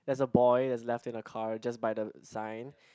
there's a boy is left in the car just by the sign